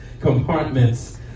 compartments